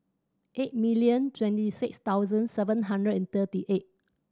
eight million twenty six thousand seven hundred and thirty eight